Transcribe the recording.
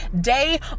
day